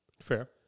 Fair